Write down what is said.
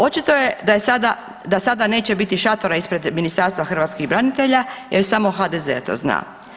Očito je da sada neće biti šatora ispred Ministarstva hrvatskih branitelja jer samo HDZ je to znao.